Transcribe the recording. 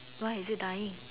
why is it dying